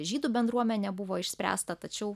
žydų bendruomene buvo išspręsta tačiau